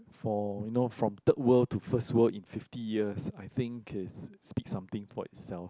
for you know from third world to first world in fifty years I think is speak something for itself